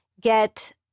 get